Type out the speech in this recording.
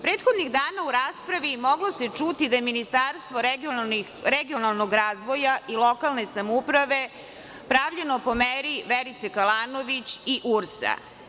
Prethodnih dana u raspravi moglo se čuti da je Ministarstvo regionalnog razvoja i lokalne samouprave pravljeno po meri Verice Kalanović i URS.